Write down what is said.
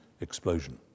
explosion